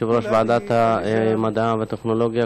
יושב-ראש ועדת המדע והטכנולוגיה.